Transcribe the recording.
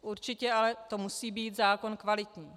Určitě ale to musí být zákon kvalitní.